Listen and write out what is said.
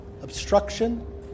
obstruction